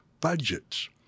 budgets